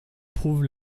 prouvent